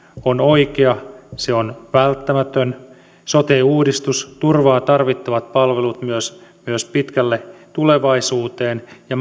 on oikea se on välttämätön sote uudistus turvaa tarvittavat palvelut myös myös pitkälle tulevaisuuteen ja